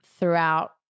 Throughout